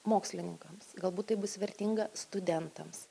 mokslininkams galbūt tai bus vertinga studentams